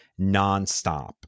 nonstop